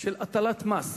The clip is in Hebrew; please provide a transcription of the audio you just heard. של הטלת מס,